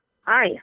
Hi